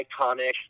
iconic